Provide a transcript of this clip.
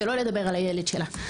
שלא לדבר על הילד שלה,